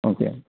okay